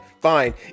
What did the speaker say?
fine